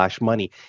money